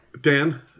Dan